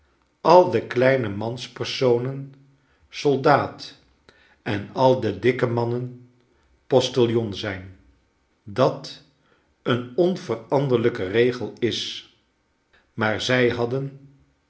in frankrijk aldekleine manspersonen soldaat en al de dikke mannen postiljon zijn dat een onveranderlijke regel is maar zy hadden